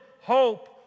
hope